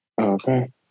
Okay